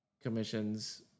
commissions